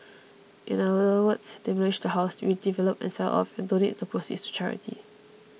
in other words demolish the house redevelop and sell off and donate the proceeds to charity